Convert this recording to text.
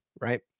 right